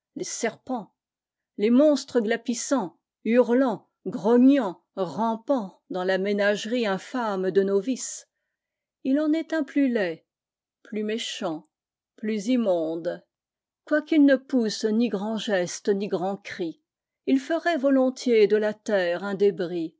les serpents les monstres glapissants hurlants grognants rampantsdans la ménagerie infâme de nos vices il en est un plus laid plus méchant plus immonde quoiqu'il ne pousse ni grands gestes ni grands cris il ferait volontiers de la terre un débriset